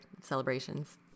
celebrations